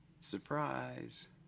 Surprise